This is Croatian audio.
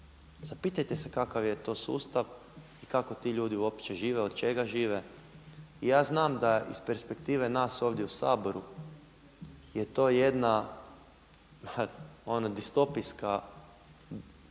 Zapitajte se kakav je to sustav, kako ti ljudi uopće žive, od čega žive? I ja znam da iz perspektive nas ovdje u Saboru je to jedna ono distopijska